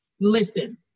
listen